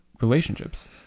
relationships